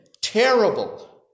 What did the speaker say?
terrible